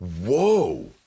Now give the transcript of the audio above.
Whoa